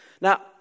Now